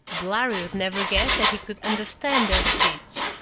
the lhari would never guess that he could understand their speech.